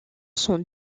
sont